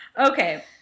Okay